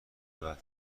بعد